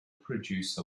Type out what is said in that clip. produce